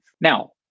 now